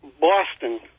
Boston